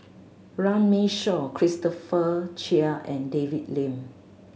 Runme Shaw Christopher Chia and David Lim